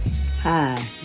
Hi